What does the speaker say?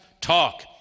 talk